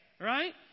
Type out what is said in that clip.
right